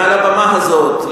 מעל הבמה הזאת,